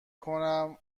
کنم